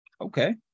Okay